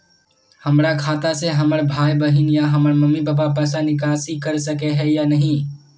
हमरा खाता से हमर भाई बहन या हमर मम्मी पापा पैसा निकासी कर सके है या नहीं?